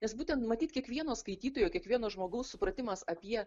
nes būtent matyt kiekvieno skaitytojo kiekvieno žmogaus supratimas apie